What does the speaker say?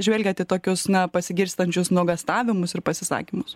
žvelgiat į tokius na pasigirstančius nuogąstavimus ir pasisakymus